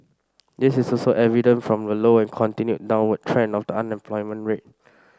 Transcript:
this is also evident from the low and continued downward trend of the unemployment rate